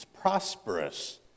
prosperous